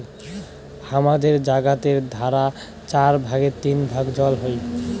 হামাদের জাগাতের ধারা চার ভাগের তিন ভাগ জল হই